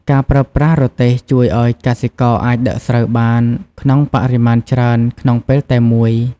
ការប្រើប្រាស់រទេះជួយឱ្យកសិករអាចដឹកស្រូវបានក្នុងបរិមាណច្រើនក្នុងពេលតែមួយ។